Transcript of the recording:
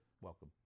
welcome